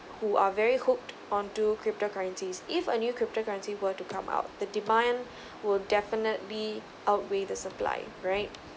who are very hooked onto crypto currencies if a new crypto currency were to come out the demand will definitely outweigh the supply right